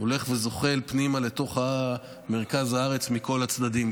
הולך וזוחל פנימה לתוך מרכז הארץ מכל הצדדים,